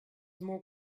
more